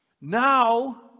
Now